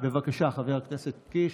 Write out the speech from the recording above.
בבקשה, חבר הכנסת קיש.